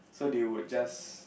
so they would just